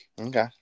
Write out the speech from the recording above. Okay